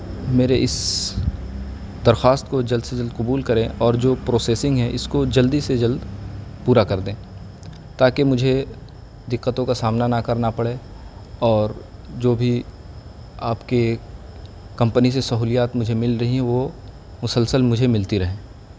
میرے اس درخواست کو جلد سے جلد قبول کریں اور جو پروسیسنگ ہے اس کو جلدی سے جلد پورا کر دیں تاکہ مجھے دقتوں کا سامنا نہ کرنا پڑے اور جو بھی آپ کے کمپنی سے سہولیات مجھے مل رہی ہیں وہ مسلسل مجھے ملتی رہیں